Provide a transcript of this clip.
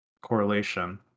correlation